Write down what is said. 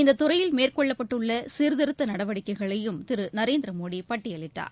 இந்ததுறையில் மேற்கொள்ளப்பட்டுள்ளசிர்திருத்தநடவடிக்கைகளையும் திருநரேந்திமோடிபட்டியலிட்டார்